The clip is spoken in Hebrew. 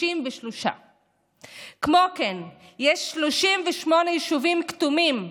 33. כמו כן יש 38 יישובים כתומים,